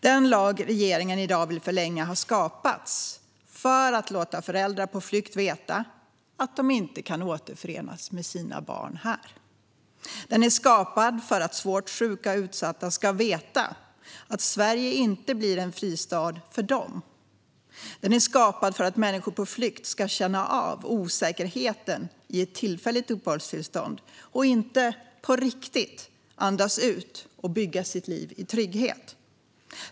Den lag regeringen i dag vill förlänga har skapats för att låta föräldrar på flykt veta att de inte kan återförenas med sina barn här. Den är skapad för att svårt sjuka och utsatta ska veta att Sverige inte blir en fristad för dem. Den är skapad för att människor på flykt ska känna av osäkerheten i ett tillfälligt uppehållstillstånd och inte på riktigt ska kunna andas ut och bygga sitt liv i trygghet.